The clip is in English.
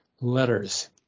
letters